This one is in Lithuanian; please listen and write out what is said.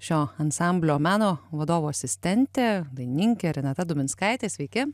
šio ansamblio meno vadovo asistentė dainininkė renata dubinskaitė sveiki